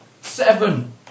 Seven